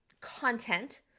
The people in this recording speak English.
content